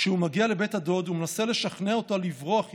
כשהוא מגיע לבית הדוד ומנסה לשכנע אותו לברוח עימו,